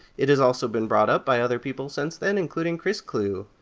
it has also been brought up by other people since then, including chris klewe.